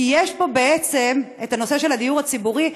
כי יש פה בעצם את הנושא של הדיור הציבורי,